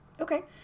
Okay